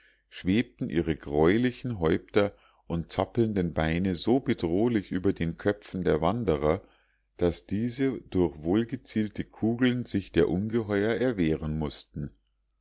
schwebten ihre gräulichen häupter und zappelnden beine so bedrohlich über den köpfen der wanderer daß diese durch wohlgezielte kugeln sich der ungeheuer erwehren mußten